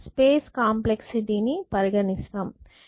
space complexity ని పరిగణిస్తాం